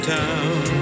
town